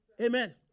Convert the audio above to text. Amen